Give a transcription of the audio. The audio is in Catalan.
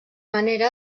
manera